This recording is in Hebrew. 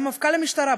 גם מפכ"ל המשטרה,